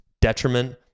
detriment